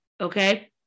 Okay